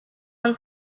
one